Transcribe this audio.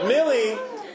Millie